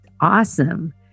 awesome